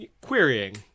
querying